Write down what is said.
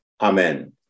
Amen